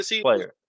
player